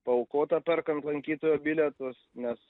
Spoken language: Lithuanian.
paaukota perkant lankytojo bilietus nes